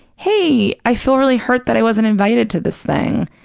hey, i feel really hurt that i wasn't invited to this thing,